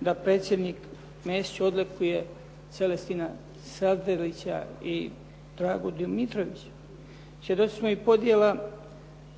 da predsjednik Mesić odlikuje Celestina Sabdelića i Dragu Domitrovića. Svjedoci smo i podjela